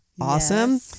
awesome